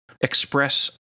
express